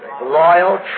loyal